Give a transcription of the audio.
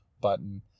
button